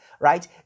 right